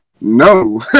No